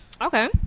Okay